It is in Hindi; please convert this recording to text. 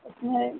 उसमें